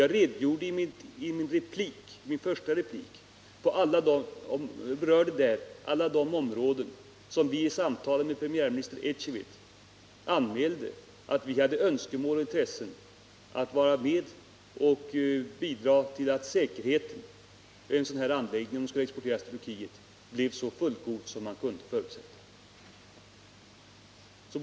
Jag berörde i min första replik alla de områden som vi tog upp i samtalen med premiärministern Ecevit och där vi anmälde att vi hade önskemål om och intresse av att bidra till att säkerheten med en sådan här anläggning, om den exporteras till Turkiet, blir så fullgod som man kan förutsätta.